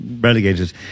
relegated